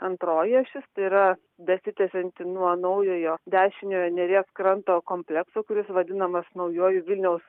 antroji ašis tai yra besitęsianti nuo naujojo dešiniojo neries kranto komplekso kuris vadinamas naujuoju vilniaus